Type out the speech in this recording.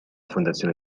fondazione